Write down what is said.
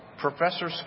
Professor